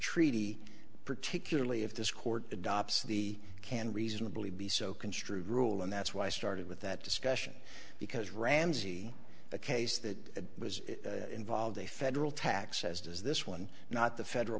treaty particularly if this court adopts the can reasonably be so construed rule and that's why i started with that discussion because ramsey a case that was involved a federal tax as does this one not the federal